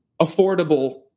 affordable